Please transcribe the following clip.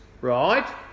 right